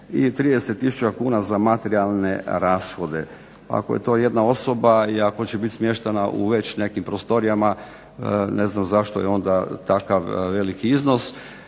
i 30 tisuća kuna za materijalne rashode. Ako je to jedna osoba i ako će biti smještena u već nekim prostorijama ne znam zašto je onda takav veliki iznos